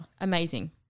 amazing